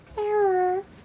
Hello